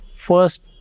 first